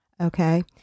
Okay